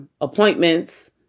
appointments